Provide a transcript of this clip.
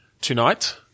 tonight